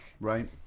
Right